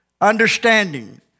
understanding